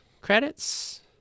credits